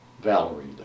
Valerie